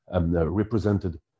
represented